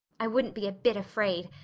i wouldn't be a bit afraid,